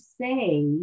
say